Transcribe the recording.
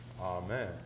Amen